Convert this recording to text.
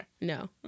No